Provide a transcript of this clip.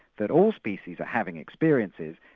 that all species are having experiences,